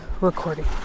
recording